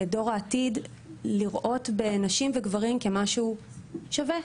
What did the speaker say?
ואת דור העתיד לראות בנשים וגברים כמשהו שווה.